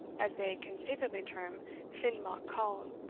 as they conceitedly term fin-mac-coul,